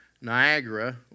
Niagara